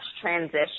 transition